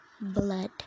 Blood